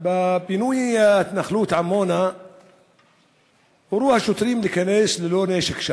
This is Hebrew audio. בפינוי ההתנחלות עמונה הורו לשוטרים להיכנס ללא נשק,